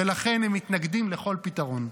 ולכן הם מתנגדים לכל פתרון.